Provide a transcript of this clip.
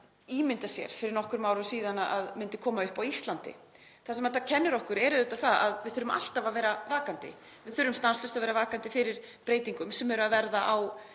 ímyndað sér fyrir nokkrum árum að myndu koma upp á Íslandi. Það sem þetta kennir okkur er auðvitað að við þurfum alltaf að vera vakandi. Við þurfum stanslaust að vera vakandi fyrir breytingum sem eru að verða á